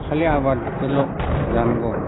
खालि आबाद जोंल' जानांगौ